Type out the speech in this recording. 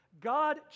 God